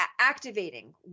activating